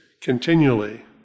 continually